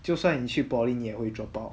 就算你去 poly 也会 drop out